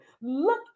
look